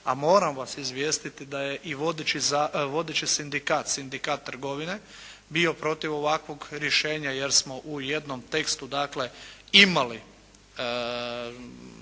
A moram vas obavijestiti da je i vodeći sindikat, sindikat trgovine bio protiv ovakvog rješenja jer smo u jednom tekstu dakle,